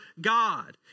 God